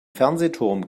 fernsehturm